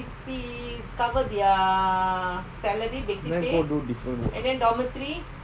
then go do different work